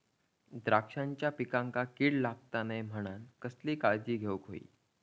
द्राक्षांच्या पिकांक कीड लागता नये म्हणान कसली काळजी घेऊक होई?